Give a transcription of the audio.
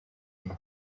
leta